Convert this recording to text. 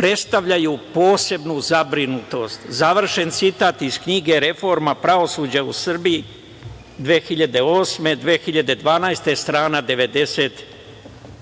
predstavljaju posebnu zabrinutost. Završen citat, iz knjige „Reforma pravosuđa u Srbiji 2008-2012“, strana 96.